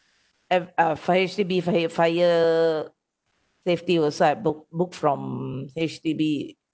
uh for H_D_B for fire safety also I book book from H_D_B